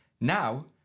Now